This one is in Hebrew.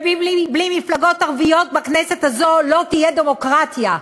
ובלי מפלגות ערביות בכנסת הזו לא תהיה דמוקרטיה.